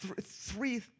three